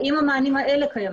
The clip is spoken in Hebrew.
האם המענים האלה קיימים.